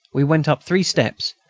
we went up three steps,